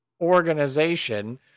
organization